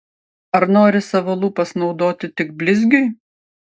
ar nori savo lūpas naudoti tik blizgiui